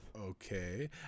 Okay